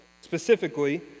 specifically